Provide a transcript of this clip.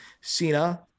Cena